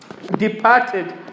departed